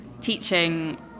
teaching